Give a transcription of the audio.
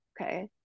Okay